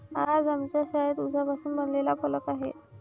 आज आमच्या शाळेत उसापासून बनवलेला फलक आहे